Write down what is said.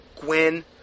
Gwen